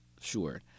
Sure